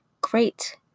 great